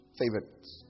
favorites